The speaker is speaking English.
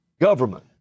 Government